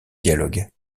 dialogues